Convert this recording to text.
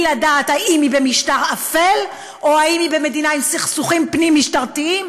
לדעת אם היא במשטר אפל או אם היא במדינה עם סכסוכים פנים-משטרתיים,